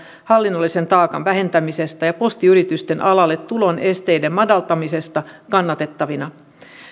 hallinnollisen taakan vähentämisestä ja postiyritysten alalle tulon esteiden madaltamisesta kannatettavina